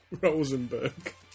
Rosenberg